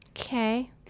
Okay